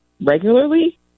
regularly